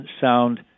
sound